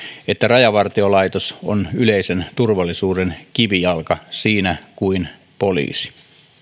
että rajavartiolaitos on yleisen turvallisuuden kivijalka siinä kuin poliisi